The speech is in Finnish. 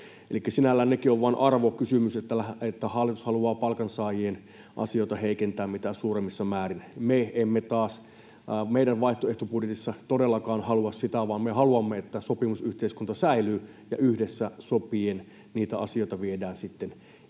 sinällään sekin on vain arvokysymys, että hallitus haluaa palkansaajien asioita heikentää mitä suuremmissa määrin. Me emme taas meidän vaihtoehtobudjetissamme todellakaan halua sitä, vaan me haluamme, että sopimusyhteiskunta säilyy ja yhdessä sopien niitä asioita viedään sitten eteenpäin.